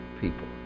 people